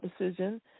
decision